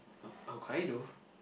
uh Hokkaido